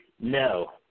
no